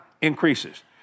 Increases